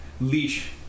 Leash